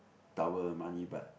double the money but